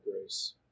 grace